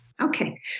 Okay